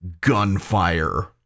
gunfire